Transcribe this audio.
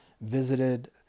visited